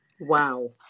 Wow